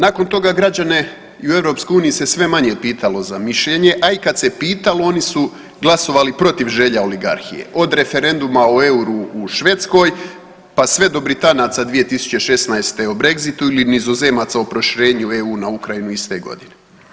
Nakon toga građane i u EU se sve manje pitalo za mišljenje, a i kad se pitalo oni su glasovali protiv želja oligarhije, od referenduma o EUR-u u Švedskoj pa sve do Britanaca 2016. o Brexitu ili Nizozemaca o proširenju EU na Ukrajinu iste godine.